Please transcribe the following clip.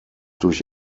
durch